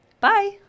Bye